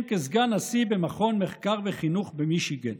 כסגן נשיא במכון מחקר וחינוך במישיגן.